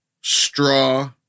Straw